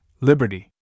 Liberty